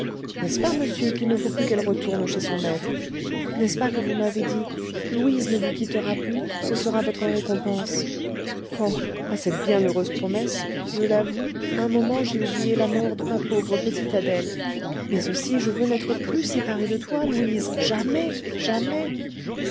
n'est-ce pas monsieur qu'il ne faut plus qu'elle retourne chez son maître n'est-ce pas que vous m'avez dit louise ne vous quittera plus ce sera votre récompense oh à cette bienheureuse promesse je l'avoue un moment j'ai oublié la mort de ma pauvre petite adèle mais aussi je veux n'être plus séparé de toi louise jamais jamais